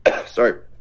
sorry